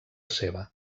seva